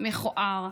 מכוער,